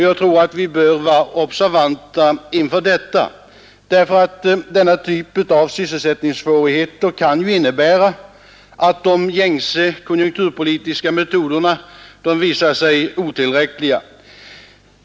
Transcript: Jag tror att vi bör vara observanta inför detta, därför att den här typen av sysselsättningssvårigheter kan innebära att de gängse konjunkturpolitiska metoderna visar sig otillräckliga.